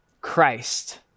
Christ